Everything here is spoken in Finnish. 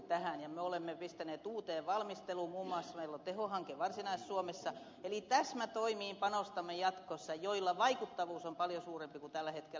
me olemme pistäneet uuteen valmisteluun toimia muun muassa meillä on tehohanke varsinais suomessa eli panostamme jatkossa täsmätoimiin joilla vaikuttavuus on paljon suurempi kuin tällä hetkellä